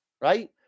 right